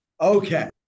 Okay